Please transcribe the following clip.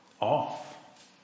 off